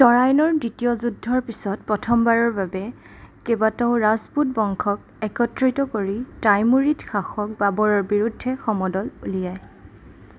তৰাইনৰ দ্বিতীয় যুদ্ধৰ পিছত প্ৰথমবাৰৰ বাবে কেইবাটাও ৰাজপুত বংশক একত্ৰিত কৰি টাইমুৰিদ শাসক বাবৰৰ বিৰুদ্ধে সমদল উলিয়ায়